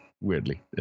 weirdly